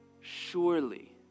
surely